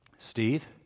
Steve